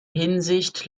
hinsicht